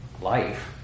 life